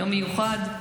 יום מיוחד.